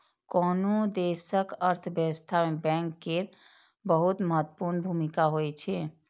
कोनो देशक अर्थव्यवस्था मे बैंक केर बहुत महत्वपूर्ण भूमिका होइ छै